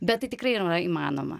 bet tai tikrai yra įmanoma